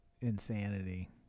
insanity